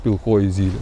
pilkoji zylė